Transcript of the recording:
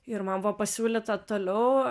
ir man buvo pasiūlyta toliau